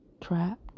trapped